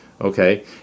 Okay